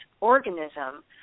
organism